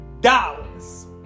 dollars